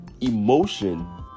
emotion